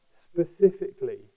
specifically